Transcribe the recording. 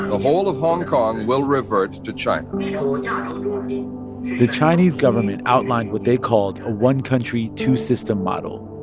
the whole of hong kong will revert to china yeah ah and the chinese government outlined what they called a one country, two system model.